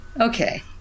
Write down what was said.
Okay